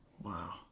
Wow